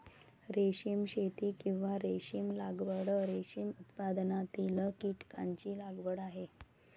रेशीम शेती, किंवा रेशीम लागवड, रेशीम उत्पादनातील कीटकांची लागवड आहे